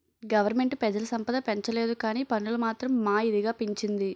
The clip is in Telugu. గవరమెంటు పెజల సంపద పెంచలేదుకానీ పన్నులు మాత్రం మా ఇదిగా పెంచింది